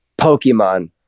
Pokemon